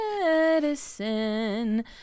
medicine